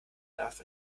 darf